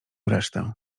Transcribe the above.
resztę